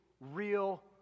real